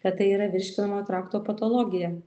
kad tai yra virškinamojo trakto patologija